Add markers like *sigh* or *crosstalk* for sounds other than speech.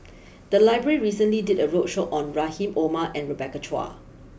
*noise* the library recently did a roadshow on Rahim Omar and Rebecca Chua